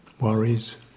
worries